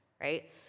right